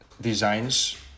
designs